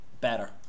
better